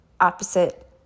opposite